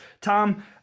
Tom